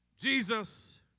Jesus